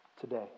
today